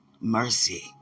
Mercy